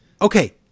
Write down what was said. Okay